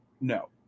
No